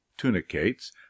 tunicates